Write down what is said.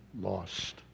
lost